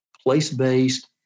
place-based